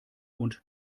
und